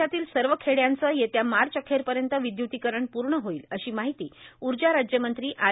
देशातील सर्व खेड्यांचं येत्या मार्च अखेरपर्यंत विद्यूतीकरण पूर्ण होईल अशी माहिती ऊर्जा राज्यमंत्री आर